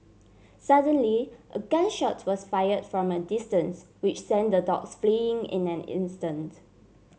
suddenly a gun shot was fire from a distance which sent the dogs fleeing in an instant